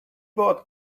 bought